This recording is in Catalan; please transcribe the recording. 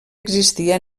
existia